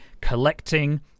collecting